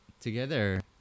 together